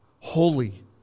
holy